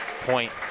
point